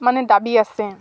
মানে দাবী আছে